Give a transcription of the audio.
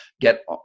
get